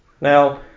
Now